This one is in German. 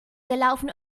gelaufen